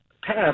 path